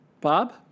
Bob